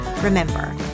Remember